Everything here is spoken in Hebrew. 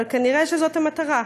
אבל כנראה זאת המטרה.